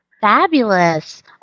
Fabulous